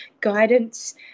guidance